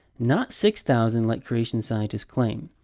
not six thousand like creation scientists claim.